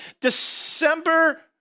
December